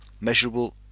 measurable